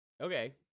Okay